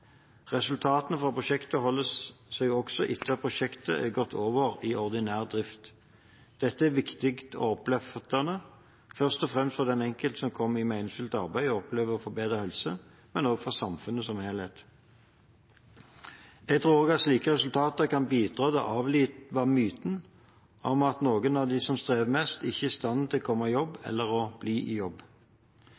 Resultatene fra prosjektet holder seg også etter at prosjektet har gått over i ordinær drift. Dette er viktig og oppløftende, først og fremst for den enkelte som kommer i meningsfylt arbeid og opplever å få bedre helse, men også for samfunnet som helhet. Jeg tror også at slike resultater kan bidra til å avlive myten om at noen av dem som strever mest, ikke er i stand til å komme i jobb eller å bli i jobb.